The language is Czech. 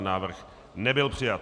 Návrh nebyl přijat.